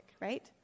right